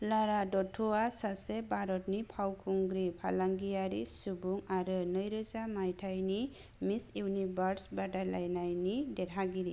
Lara दत्तया सासे भारतनि फावखुंग्रि फालांगियारि सुबुं आरो नै रोजा मायथाइनि मिस इउनिभार्स बादायलायनायनि देरहागिरि